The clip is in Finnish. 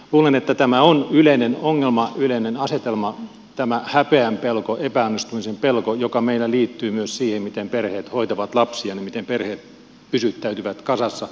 luulen että tämä on yleinen ongelma yleinen asetelma tämä häpeän pelko epäonnistumisen pelko joka meillä liittyy myös siihen miten perheet hoitavat lapsia miten perheet pysyttäytyvät kasassa